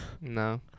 No